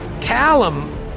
Callum